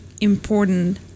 important